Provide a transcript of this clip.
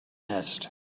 nest